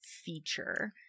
feature